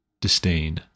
disdain